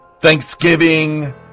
Thanksgiving